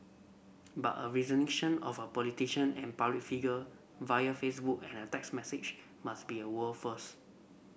but a resignation of a politician and public figure via Facebook and a text message must be a world first